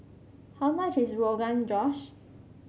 how much is Rogan Josh